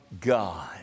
God